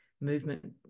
movement